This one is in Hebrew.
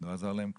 לא עזר להם כלום.